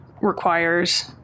requires